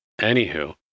anywho